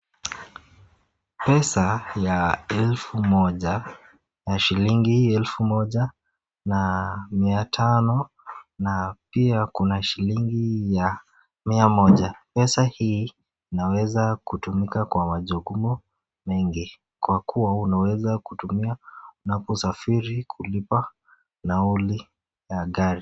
Pesa ya elfu moja ya shilingi elfu moja na mia tano na pia kuna shilingi ya mia moja, pesa hii inaweza kutumika kwa majukumu mengi kwa kuwa unaweza kutumia unaposafiri kulipa nauli ya gari.